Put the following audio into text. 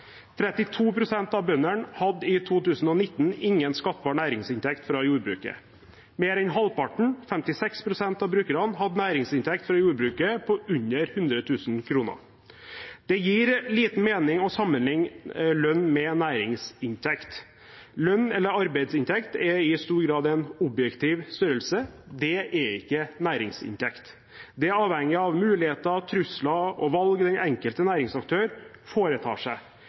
av bøndene hadde i 2019 ingen skattbar næringsinntekt fra jordbruket. Mer enn halvparten, 56 pst. av brukerne, hadde en næringsinntekt fra jordbruket på under 100 000 kr. Det gir liten mening å sammenligne lønn med næringsinntekt. Lønn eller arbeidsinntekt er i stor grad en objektiv størrelse. Det er ikke næringsinntekt. Den er avhengig av muligheter, trusler og valg den enkelte næringsaktør foretar seg.